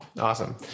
Awesome